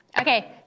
Okay